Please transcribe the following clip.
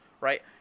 right